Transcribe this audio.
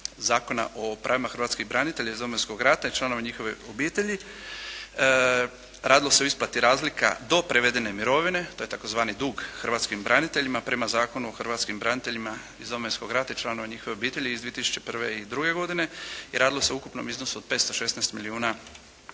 Zakona o pravima hrvatskih branitelja iz Domovinskog rata i članova njihovih obitelji. Radilo se o isplati razlika do prevedene mirovine, to je tzv. dug hrvatskim braniteljima prema Zakonu o hrvatskim braniteljima iz Domovinskog rata i članova njihovih obitelji iz 2001. i 2002. godine i radilo se o ukupnom iznosu od 516 milijuna